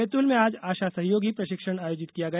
बैतूल में आज आशा सहयोगी प्रशिक्षण आयोजित किया गया